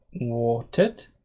watered